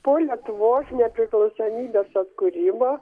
po lietuvos nepriklausomybės atkūrimo